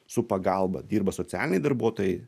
su pagalba dirba socialiniai darbuotojai